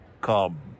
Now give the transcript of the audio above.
come